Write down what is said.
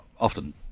often